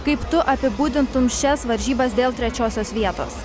kaip tu apibūdintum šias varžybas dėl trečiosios vietos